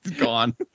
gone